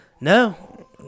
No